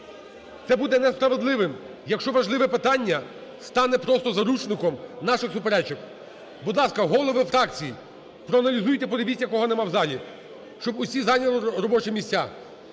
Це буде несправедливим, якщо важливе питання стане просто заручником наших суперечок. Будь ласка, голови фракцій, проаналізуйте, подивіться кого нема в залі, щоб усі зайняли робочі місця.